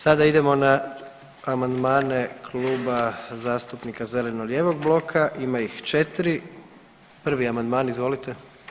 Sada idemo na amandmane Kluba zastupnika zeleno-lijevog bloka, ima ih 4. 1. amandman, izvolite.